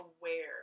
aware